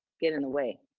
get in the way.